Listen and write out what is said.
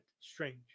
Strange